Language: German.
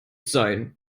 sein